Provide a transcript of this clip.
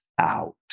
out